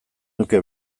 nuke